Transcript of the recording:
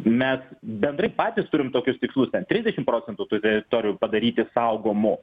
mes bendrai patys turim tokius tikslus trisdešim procentų tų teritorijų padaryti saugomų